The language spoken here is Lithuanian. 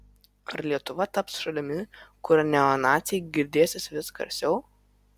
ar lietuva taps šalimi kur neonaciai girdėsis vis garsiau